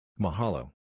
Mahalo